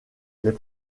les